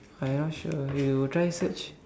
I not sure you try search